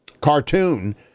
cartoon